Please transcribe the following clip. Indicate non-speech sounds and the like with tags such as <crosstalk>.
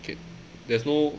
<noise> there's no